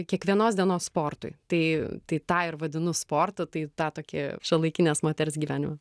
kiekvienos dienos sportui tai tai tą ir vadinu sportu tai tą tokį šiuolaikinės moters gyvenimą